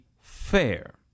fair